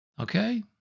Okay